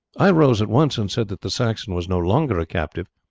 i rose at once and said that the saxon was no longer a captive,